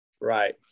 right